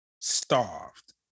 starved